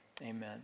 Amen